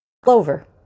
Clover